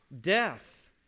death